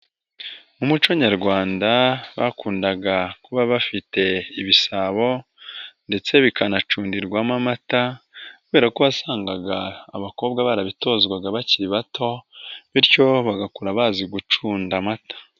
Mu muco nyarwanda bakundaga kuba bafite ibisabo ndetse bikanacundirwamo amata. Kubera ko wasangaga abakobwa barabitozwaga bakiri bato bityo bagakura bazi gucunda amata.